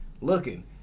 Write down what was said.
looking